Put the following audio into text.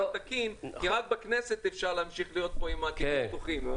רק בכנסת אפשר להמשיך להיות כאן עם תיקים פתוחים.